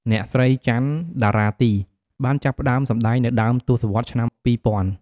អ្នកស្រី ចាន់ តារាទី បានចាប់ផ្តើមសម្តែងនៅដើមទសវត្សរ៍ឆ្នាំ ២០០០។